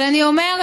אבל אני אומרת,